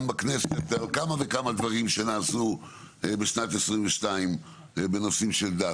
בכנסת על כמה וכמה דברים שנעשו בשנת 2022 בנושאים של דת,